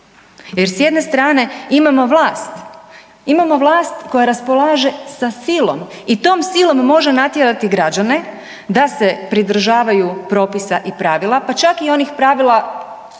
jer s jedne strane imamo vlast, imamo vlast koja raspolaže sa silom i tom silom može natjerati građane da se pridržavaju propisa i pravila, pa čak i onih pravila